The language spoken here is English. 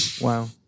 Wow